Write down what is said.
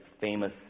famous